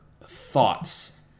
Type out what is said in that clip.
thoughts